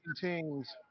teams